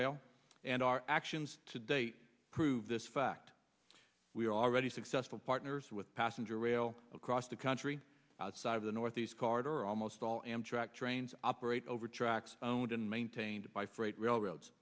rail and our actions to date prove this fact we are all right successful partners with passenger rail across the country outside of the northeast corridor almost all amtrak trains operate over tracks owned and maintained by freight railroads